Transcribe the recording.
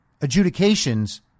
adjudications